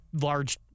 large